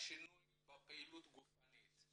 השינוי בפעילות הגופנית,